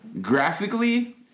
Graphically